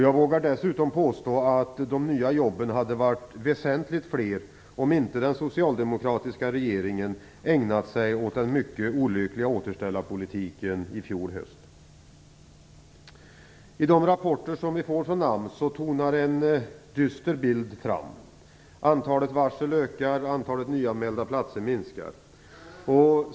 Jag vågar dessutom påstå att de nya jobben hade varit väsentligt fler om inte den socialdemokratiska regeringen i fjol höst hade ägnat sig åt den mycket olyckliga återställarpolitiken. I de rapporter som vi får från AMS tonar en dyster bild fram. Antalet varsel ökar, och antalet nyanmälda platser minskar.